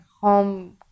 Home